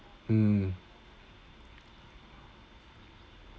mm